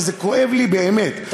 וזה כואב לי באמת,